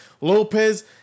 Lopez